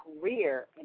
career